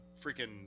freaking